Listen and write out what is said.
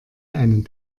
einen